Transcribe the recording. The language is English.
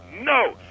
no